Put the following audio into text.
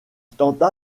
tenta